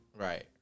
right